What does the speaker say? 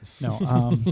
no